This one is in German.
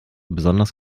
besonders